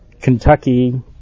Kentucky